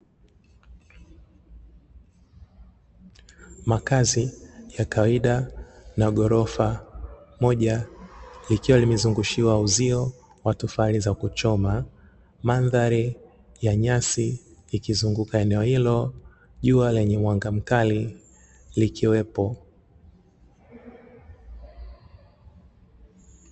Makazi ya kawaida na ghorofa, moja likiwa limezungushiwa uzio kwa tofali za kuchoma. Mwandhari ya nyasi ikizunguka eneo hilo, jua lenye mwanga mkali likiwepo.